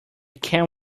can